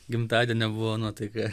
gimtadienio buvo nuotaika